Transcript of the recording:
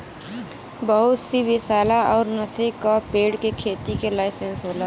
बहुत सी विसैला अउर नसे का पेड़ के खेती के लाइसेंस होला